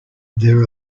there